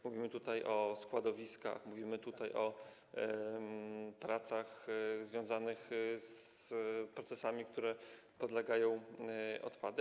Mówimy tutaj o składowiskach, mówimy tutaj o pracach związanych z procesami, którym podlegają odpady.